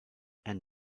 and